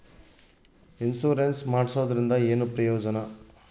Insurance ಮಾಡ್ಸೋದರಿಂದ ಏನು ಪ್ರಯೋಜನ?